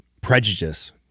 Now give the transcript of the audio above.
prejudice